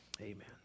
Amen